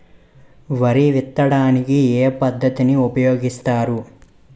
వరి విత్తడానికి ఏ పద్ధతిని ఉపయోగిస్తారు?